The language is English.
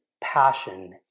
passion